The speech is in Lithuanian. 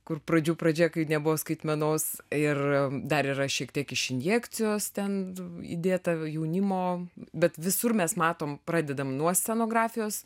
kur pradžių pradžia kai nebuvo skaitmenos ir dar yra šiek tiek iš injekcijos ten įdėta jaunimo bet visur mes matom pradedam nuo scenografijos